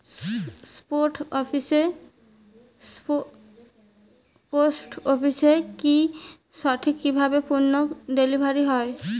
Post অফিসে কি সঠিক কিভাবে পন্য ডেলিভারি হয়?